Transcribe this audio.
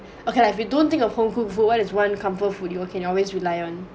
okay if you don't think of hong kong food what is one comfort food you can always rely on